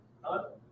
Hello